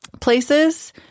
places